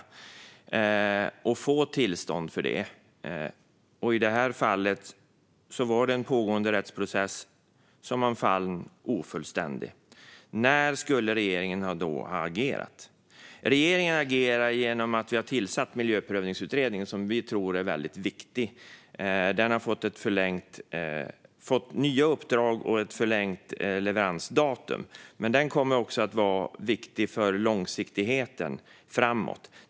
I detta fall var det en pågående rättsprocess som man fann ofullständig. När skulle regeringen då ha agerat? Regeringen har agerat genom att vi har tillsatt Miljöprövningsutredningen, som vi tror är väldigt viktig. Den har fått nya uppdrag och ett förlängt leveransdatum. Den kommer också att vara viktig för långsiktigheten framåt.